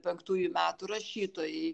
penktųjų metų rašytojai